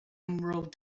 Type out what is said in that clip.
emerald